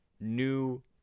new